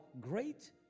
great